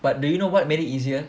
but do you know what made it easier